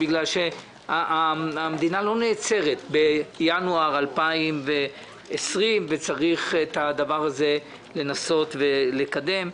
בגלל שהמדינה לא נעצרת בינואר 2020 וצריך את הדבר הזה לנסות לקדם.